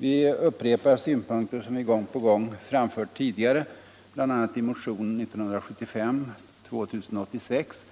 Vi upprepar synpunkter som vi framfört gång på gång tidigare, bl.a. i motionen 1975:2086,